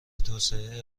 توسعه